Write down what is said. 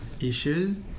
issues